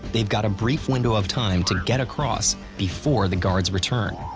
they've got a brief window of time to get across before the guards return.